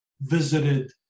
visited